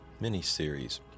miniseries